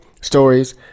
stories